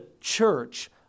church